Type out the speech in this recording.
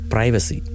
Privacy